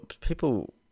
People